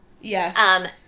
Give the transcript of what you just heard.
Yes